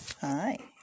Hi